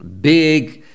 big